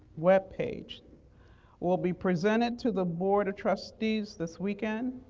web page will be presented to the board of trustees this weekend,